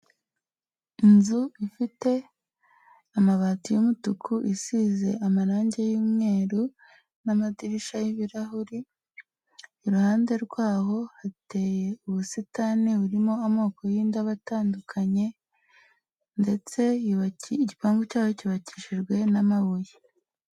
Inzu ifite amabati y'umutuku isize amarange y'umweru n'amadirishya y'ibirahuri, iruhande rwaho hateye ubusitani burimo amoko y'indabo atandukanye, ndetse igipanpu cyayo cyubakishijwe n'amabuye.